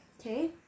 Okay